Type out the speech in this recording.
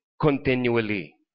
continually